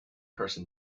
person